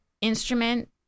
instrument